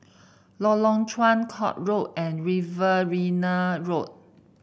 Lorong Chuan Court Road and Riverina Road